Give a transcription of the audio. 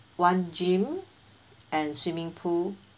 one gym and swimming pool